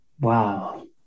Wow